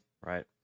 Right